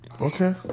Okay